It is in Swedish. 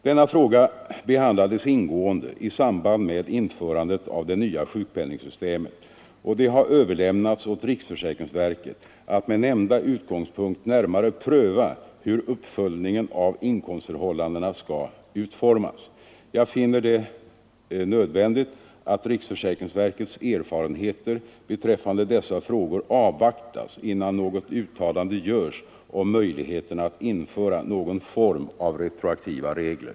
Denna fråga behandlades ingående i samband med införandet av det nya sjukpenningsystemet, och det har överlämnats åt riksförsäkringsverket att med nämnda utgångspunkt närmare pröva hur uppföljningen av inkomstförhållandena skall utformas. Jag finner det nödvändigt att riksförsäkringsverkets erfarenheter beträffande dessa frågor avvaktas innan något uttalande görs om möjligheterna att införa någon form av retroaktiva regler.